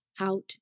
out